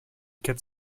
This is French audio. quatre